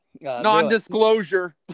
Non-disclosure